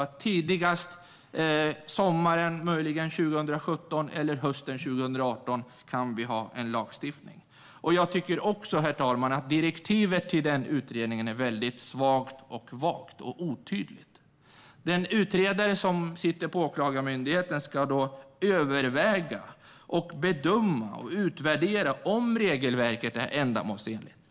Tidigast sommaren 2017 eller möjligen hösten kan vi få en lagstiftning om det här. Direktivet till utredningen är också vagt och otydligt. Utredaren på Åklagarmyndigheten ska överväga, bedöma och utvärdera om regelverket är ändamålsenligt.